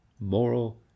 moral